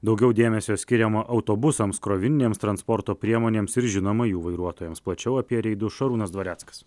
daugiau dėmesio skiriama autobusams krovininėms transporto priemonėms ir žinoma jų vairuotojams plačiau apie reidus šarūnas dvareckas